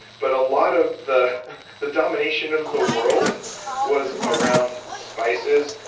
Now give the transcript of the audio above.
but a lot of the the domination of the world was around spices,